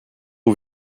aux